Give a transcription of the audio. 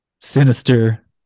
Sinister